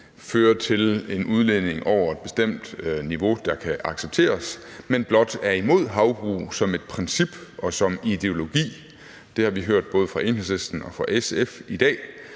fører til en udledning over et bestemt niveau, der kan accepteres, og blot er imod havbrug som et princip og som ideologi. Det har vi hørt både fra Enhedslisten og fra SF i dag.